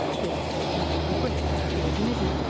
with, it must regretfully be admitted,